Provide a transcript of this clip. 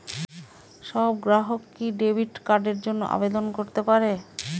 সব গ্রাহকই কি ডেবিট কার্ডের জন্য আবেদন করতে পারে?